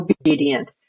obedient